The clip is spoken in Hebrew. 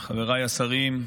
חבריי השרים,